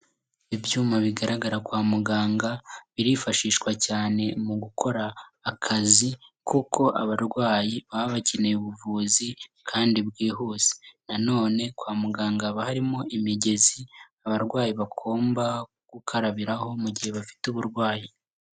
Ibyuma bigaragara kwa muganga, birifashishwa cyane mu gukora akazi, kuko abarwayi baba bakeneye ubuvuzi kandi bwihuse, na none kwa muganga haba harimo imigezi abarwayi bagomba gukarabiraho mu gihe bafite uburwayi.